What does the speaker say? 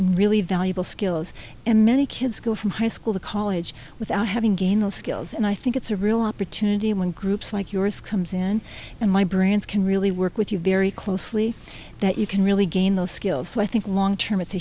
and really valuable skills and many kids go from high school to college without having gain the skills and i think it's a real opportunity when groups like yours comes in and my brands can really work with you very closely that you can really gain those skills so i think long term it's a